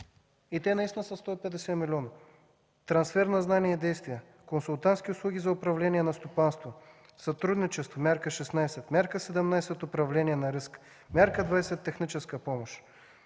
и те наистина са 150 милиона: трансфер на знания и действия, консултантски услуги за управление на стопанство, „Сътрудничество” – Мярка 16, Мярка 17 – „Управление на риска”, Мярка 20 – „Техническа помощ”